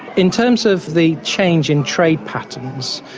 in terms of the change in trade patterns,